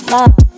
Love